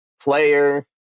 player